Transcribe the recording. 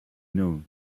know